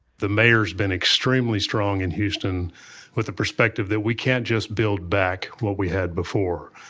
the mayor's been extremely strong in houston with the perspective that we can't just build back what we had before.